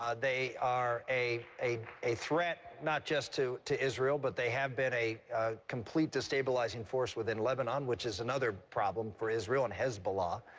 um they are a a threat not just to to israel, but they have been a complete destabilizing force within lebanon, which is another problem for israel and hezbollah.